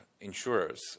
insurers